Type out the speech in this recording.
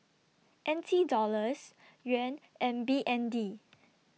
N T Dollars Yuan and B N D